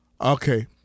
Okay